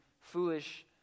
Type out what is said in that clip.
foolish